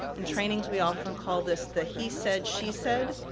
in trainings, we often call this the he said, she said,